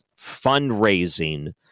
fundraising